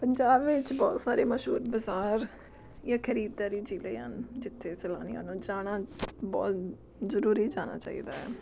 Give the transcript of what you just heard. ਪੰਜਾਬ ਵਿੱਚ ਬਹੁਤ ਸਾਰੇ ਮਸ਼ਹੂਰ ਬਜ਼ਾਰ ਜਾਂ ਖਰੀਦਦਾਰੀ ਜ਼ਿਲ੍ਹੇ ਹਨ ਜਿੱਥੇ ਸੈਲਾਨੀਆਂ ਨੂੰ ਜਾਣਾ ਬਹੁਤ ਜ਼ਰੂਰੀ ਜਾਣਾ ਚਾਹੀਦਾ ਹੈ